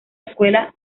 escuela